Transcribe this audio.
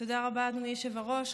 תודה רבה, אדוני היושב-ראש.